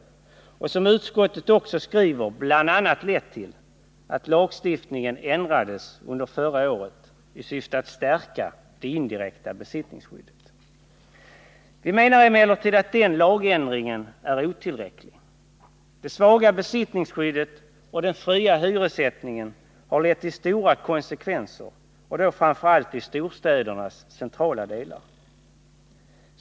Det har, som utskottet också skriver, bl.a. lett till att lagstiftningen ändrades förra året i syfte att stärka det indirekta besittningsskyddet. Vi menar emellertid att den lagändringen är otillräcklig. Det svaga besittningsskyddet och den fria hyressättningen har lett till betydande konsekvenser framför allt i storstädernas centrala delar.